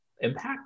impact